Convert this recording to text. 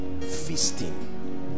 feasting